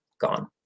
gone